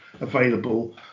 available